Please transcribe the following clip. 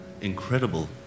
Incredible